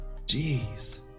Jeez